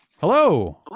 Hello